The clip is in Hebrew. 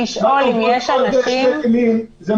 רוצה לומר עוד שתי מילים.